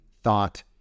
thought